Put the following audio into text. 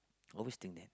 always think that